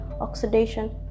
oxidation